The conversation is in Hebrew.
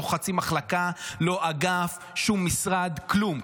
לא חצי מחלקה, לא אגף, שום משרד, כלום.